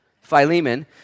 Philemon